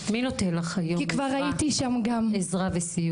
כי גם הייתי שם גם.